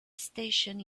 station